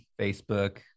Facebook